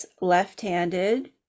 left-handed